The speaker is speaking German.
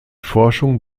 forschung